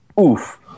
oof